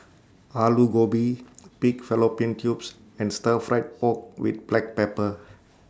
Aloo Gobi Pig Fallopian Tubes and Stir Fried Pork with Black Pepper